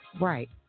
right